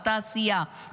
בתעשייה,